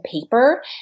paper